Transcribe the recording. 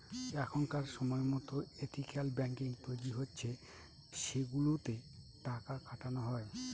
এখনকার সময়তো ethical banking তৈরী হচ্ছে সেগুলোতে টাকা খাটানো হয়